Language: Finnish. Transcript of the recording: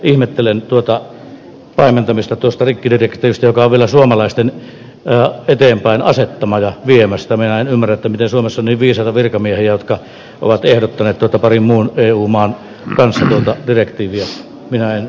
ihmettelen tuota taimenten istutusta rikkidirektiivi joka vielä suomalaisten ja eteenpäin aseettomana viemästämään ymmärtäminen suomessa nykyisellä virkamiehiä jotka ovat ehdottaneet että parin muun eu maan kanssa mutta direktiivissä näin